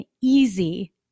easy